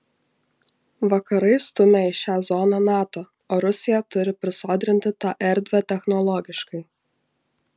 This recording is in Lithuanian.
vakarai stumia į šią zoną nato o rusija turi prisodrinti tą erdvę technologiškai